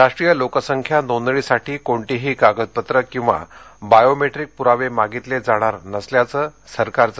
राष्ट्रीय लोकसंख्या नोंदणीसाठी कोणतीही कागदपत्रं किंवा बायोमेट्रीक पुरावे मागितले जाणार नसल्याचं सरकारचं